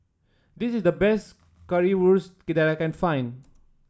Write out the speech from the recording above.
this is the best Currywurst that I can find